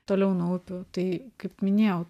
toliau nuo upių tai kaip minėjau